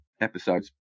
episodes